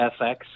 FX